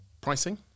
pricing